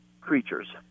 creatures